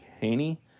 Haney